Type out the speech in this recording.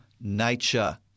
nature